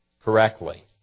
correctly